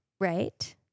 Right